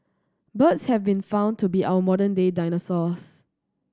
birds have been found to be our modern day dinosaurs